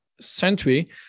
century